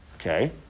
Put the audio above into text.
Okay